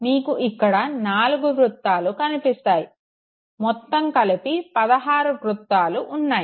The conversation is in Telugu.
మీకు ఇక్కడ నాలుగు వృత్తాలు కనిపిస్తున్నాయి మొత్తం కలిపి 16 వృత్తాలు ఉన్నాయి